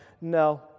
no